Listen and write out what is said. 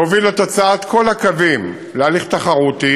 להוביל את הוצאת כל הקווים להליך תחרותי,